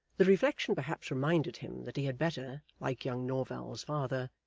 the reflection perhaps reminded him that he had better, like young norval's father,